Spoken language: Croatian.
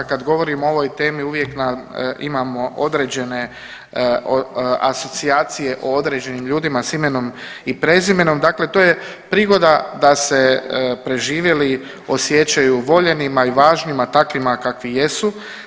Kad govorimo o ovoj temi uvijek imamo određene asocijacije o određenim ljudima s imenom i prezimenom, dakle to je prigoda da se preživjeli osjećaju voljenima i važnima takvima kakvi jesu.